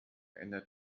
ändert